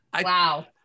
Wow